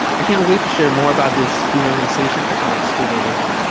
i can't wait to share more about this student organization at the next school board meeting.